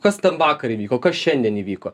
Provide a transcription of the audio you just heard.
kas ten vakar įvyko kas šiandien įvyko